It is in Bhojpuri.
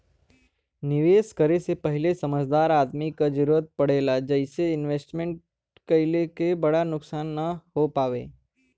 निवेश करे से पहिले समझदार आदमी क जरुरत पड़ेला जइसे इन्वेस्टमेंट कइले क बड़ा नुकसान न हो पावे